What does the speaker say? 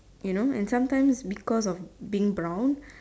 you know and sometimes because of being brown